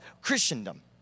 Christendom